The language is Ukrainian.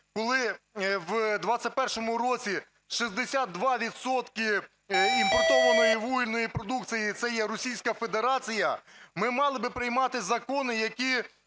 коли в 2021 році 62 відсотки імпортованої вугільної продукції це є Російська Федерація, ми мали би приймати закони, які